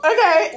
Okay